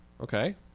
Okay